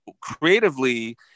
creatively